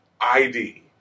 ID